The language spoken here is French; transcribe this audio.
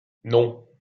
non